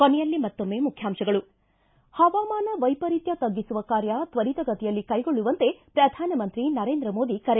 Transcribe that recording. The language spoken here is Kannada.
ಕೊನೆಯಲ್ಲಿ ಮತ್ತೊಮ್ಮೆ ಮುಖ್ಯಾಂಶಗಳು ಿ ಹವಾಮಾನ ವೈಪರಿತ್ಯ ತಗ್ಗಿಸುವ ಕಾರ್ಯ ತ್ವರಿತ ಗತಿಯಲ್ಲಿ ಕೈಗೊಳ್ಳುವಂತೆ ಪ್ರಧಾನಮಂತ್ರಿ ನರೇಂದ್ರ ಮೋದಿ ಕರೆ